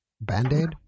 Band-Aid